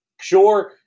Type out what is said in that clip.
sure